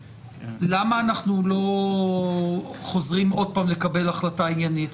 למה אנחנו לא חוזרים עוד פעם לקבל החלטה עניינית?